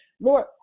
Lord